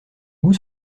goûts